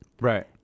Right